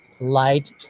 light